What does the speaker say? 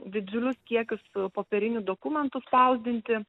didžiulius kiekius popierinių dokumentų spausdinti